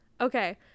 Okay